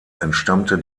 entstammte